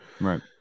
Right